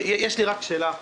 יש לי רק שאלה אחת.